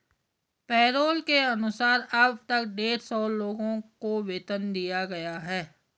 payroll के अनुसार अब तक डेढ़ सौ लोगों को वेतन दिया गया है